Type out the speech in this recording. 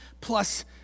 plus